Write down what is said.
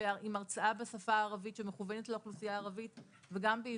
הרצאה בשפה הערבית שמכוונת לאוכלוסייה הערבית וגם בעברית.